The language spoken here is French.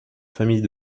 famille